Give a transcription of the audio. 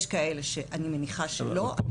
יש כאלה, אני מניחה, שלא.